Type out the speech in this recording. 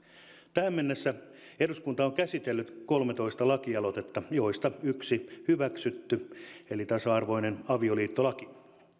tähän mennessä eduskunta on käsitellyt kolmetoista laki aloitetta joista on yksi hyväksytty eli tasa arvoinen avioliittolaki